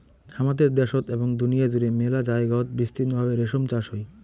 হামাদের দ্যাশোত এবং দুনিয়া জুড়ে মেলা জায়গায়ত বিস্তৃত ভাবে রেশম চাষ হই